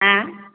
मा